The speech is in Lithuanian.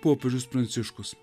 popiežius pranciškus